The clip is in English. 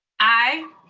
aye.